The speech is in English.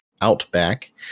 Outback